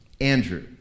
Andrew